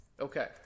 Okay